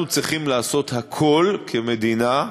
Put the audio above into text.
אנחנו צריכים לעשות הכול, כמדינה,